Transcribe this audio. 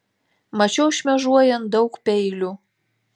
mačiau šmėžuojant daug peilių